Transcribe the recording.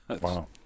Wow